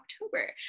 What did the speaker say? October